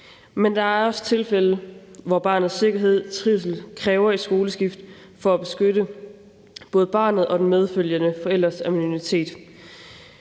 Men der er også tilfælde, hvor barnets sikkerhed og trivsel kræver et skoleskift for at beskytte både barnet og den medfølgende forælders anonymitet.